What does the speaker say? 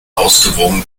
ausgewogene